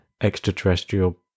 extraterrestrial